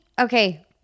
Okay